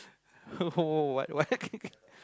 what what